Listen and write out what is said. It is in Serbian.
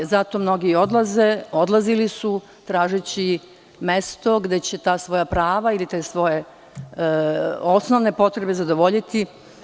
Zato mnogi odlaze i odlazili su, tražeći mesto gde će ta svoja prava ili te svoje osnovne potrebe zadovoljiti.